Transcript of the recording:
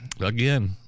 again